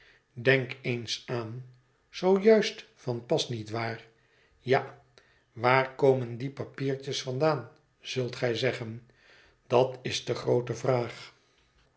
denk eens aan zoo juist van pas niet waar ja waar komen die papiertjes vandaan zult gij zeggen dat is de groote vraag